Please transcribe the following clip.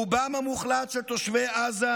רובם המוחלט של תושבי עזה,